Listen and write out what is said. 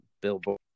billboard